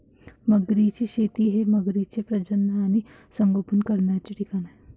मगरींची शेती हे मगरींचे प्रजनन आणि संगोपन करण्याचे ठिकाण आहे